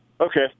Okay